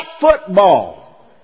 football